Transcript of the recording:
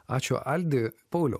ačiū aldi pauliau